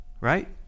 right